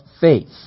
faith